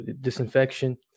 disinfection